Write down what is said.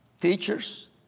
teachers